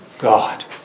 God